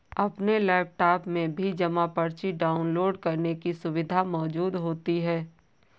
अपने लैपटाप में भी जमा पर्ची डाउनलोड करने की सुविधा मौजूद होती है